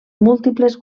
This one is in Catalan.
múltiples